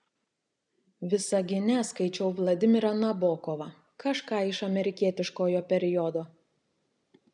visagine skaičiau vladimirą nabokovą kažką iš amerikietiškojo periodo